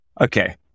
Okay